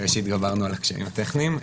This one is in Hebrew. מקווה שהתגברנו על הקשיים הטכניים.